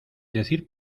decir